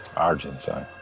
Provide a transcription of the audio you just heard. our ginseng,